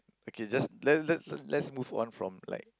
okay just let's let's let's move on from like